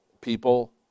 people